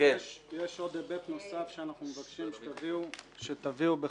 יש עוד היבט נוסף שאנחנו מבקשים שתביאו בחשבון,